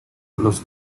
los